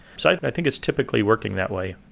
so i think it's typically working that way